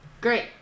Great